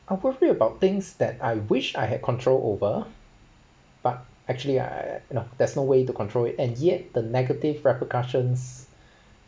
probably about things that I wish I had control over but actually I no there's no way to control it and yet the negative repercussions